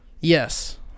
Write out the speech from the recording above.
Yes